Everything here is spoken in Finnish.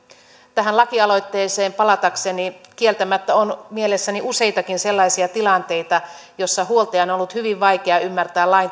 tähän lakialoitteeseen palatakseni kieltämättä on mielessäni useitakin sellaisia tilanteita joissa huoltajien on ollut hyvin vaikea ymmärtää lain